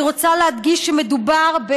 אני רוצה להדגיש שמדובר,